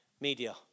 media